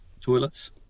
toilets